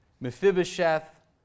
Mephibosheth